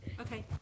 Okay